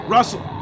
Russell